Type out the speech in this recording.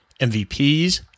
MVPs